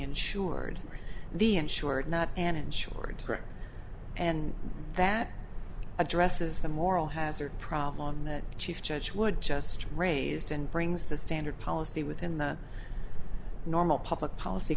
insured the insured not an insured and that addresses the moral hazard problem that chief judge would just raised and brings the standard policy within the normal public policy